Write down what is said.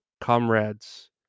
Comrades